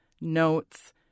notes